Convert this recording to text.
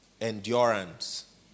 endurance